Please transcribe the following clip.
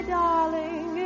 darling